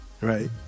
right